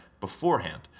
beforehand